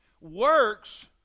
Works